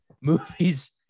Movies